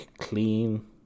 clean